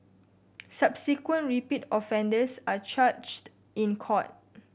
subsequent repeat offenders are charged in court